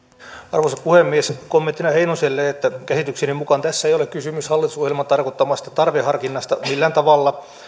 arvoisa puhemies kommenttina heinoselle että käsitykseni mukaan tässä ei ole kysymys hallitusohjelman tarkoittamasta tarveharkinnasta millään tavalla